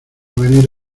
venir